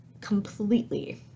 completely